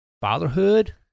fatherhood